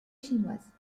chinoise